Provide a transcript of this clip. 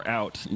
out